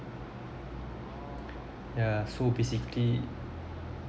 yeah so basically